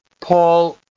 Paul